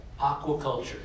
aquaculture